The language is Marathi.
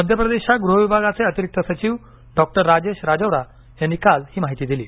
मध्य प्रदेशच्या गृह विभागाचे अतिरिक्त सचिव डॉक्टर राजेश राजौरा यांनी काल ही माहिती दिली